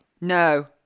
No